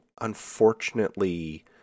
unfortunately